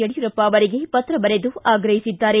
ಎಡಿಯೂರಪ್ಪ ಅವರಿಗೆ ಪತ್ರ ಬರೆದು ಆಗ್ರಹಿಸಿದ್ದಾರೆ